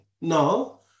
no